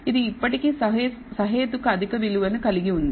ఇది ఇప్పటికీ సహేతుక అధిక విలువను కలిగి ఉంది